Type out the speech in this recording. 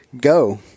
Go